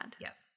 Yes